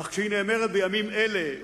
אך כשהיא נאמרת בימים אלה,